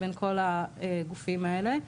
בין כל הגופים האלה.